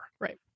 Right